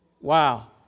Wow